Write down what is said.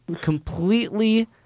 completely